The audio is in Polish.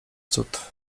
cud